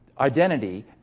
Identity